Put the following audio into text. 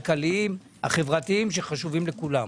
הכלכליים-החברתיים שחשובים לכולם.